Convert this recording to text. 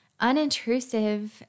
unintrusive